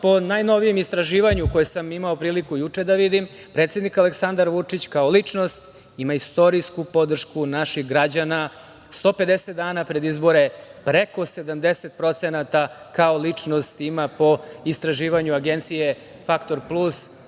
po najnovijim istraživanju koje sam imao priliku juče da vidim, predsednik Aleksandar Vučić, kao ličnost i istorijsku podršku naših građana, 150 dana pred izbore, preko 70% kao ličnost ima po istraživanju Agencije „Faktor plus“.To